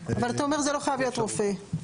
אבל אתה אומר זה לא חייב להיות רופא בעצם.